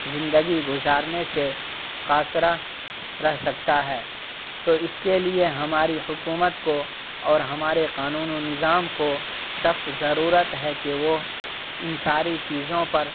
زندگی گزارنے سے قاصر رہ سکتا ہے تو اس کے لیے ہماری حکومت کو اور ہمارے قانون و نظام کو سخت ضرورت ہے کہ وہ ان ساری چیزوں پر